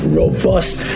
robust